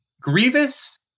Grievous